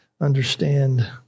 understand